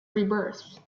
rebirth